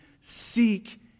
Seek